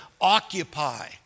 occupy